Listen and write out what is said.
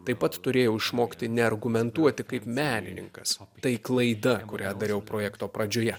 taip pat turėjau išmokti neargumentuoti kaip menininkas tai klaida kurią dariau projekto pradžioje